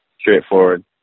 straightforward